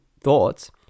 thoughts